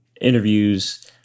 interviews